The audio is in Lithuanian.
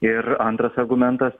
ir antras argumentas